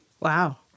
Wow